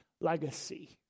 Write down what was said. legacy